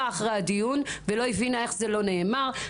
אחרי הדיון ולא הבינה איך זה לא נאמר.